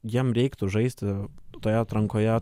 jiem reiktų žaisti toje atrankoje